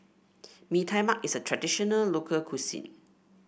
Mee Tai Mak is a traditional local cuisine